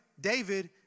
David